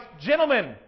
Gentlemen